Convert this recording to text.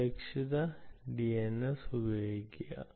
സുരക്ഷിത DNS ഉപയോഗിക്കുക